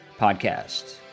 podcast